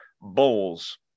bowls